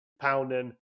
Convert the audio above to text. pounding